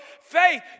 faith